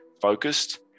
focused